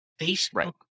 Facebook